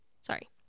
sorry